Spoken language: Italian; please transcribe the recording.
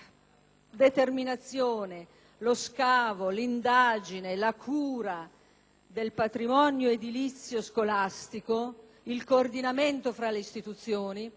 determinazione, lo scavo, l'indagine, la cura del patrimonio edilizio scolastico, il coordinamento fra le istituzioni